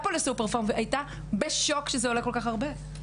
לפה לסופר-פארם והייתה בשוק שזה עולה כל כך הרבה.